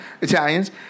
Italians